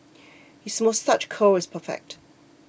his moustache curl is perfect